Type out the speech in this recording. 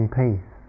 peace